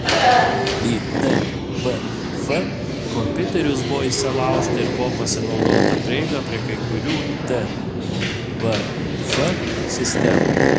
į tvf kompiuterius buvo įsilaužta ir buvo pasinaudota prieiga prie kai kurių tvf sistemų